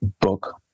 book